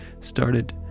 started